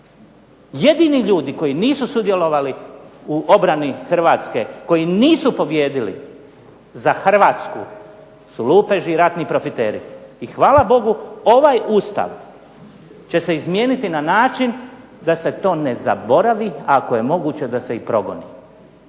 Jedini ljudi koji nisu sudjelovali u obrani Hrvatske, koji nisu pobijedili za Hrvatsku su lupeži i ratni profiteri. I hvala Bogu ovaj Ustav će se izmijeniti na način da se to ne zaboravi, a ako je moguće da se i progoni.